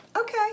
Okay